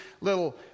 little